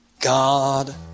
God